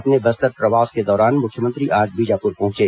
अपने बस्तर प्रवास के दौरान मुख्यमंत्री आज बीजापुर पहुंचे